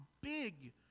big